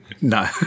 No